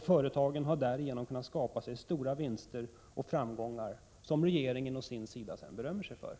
Företagen har därigenom kunnat skapa stora vinster och framgångar, vilka regeringen å sin sida berömmer sig av.